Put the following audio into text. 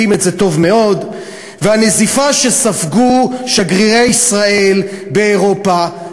והנזיפה שספגו שגרירי ישראל באירופה,